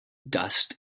dust